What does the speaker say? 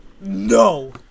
No